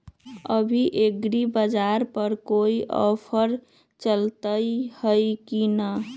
अभी एग्रीबाजार पर कोई ऑफर चलतई हई की न?